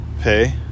pay